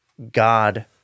God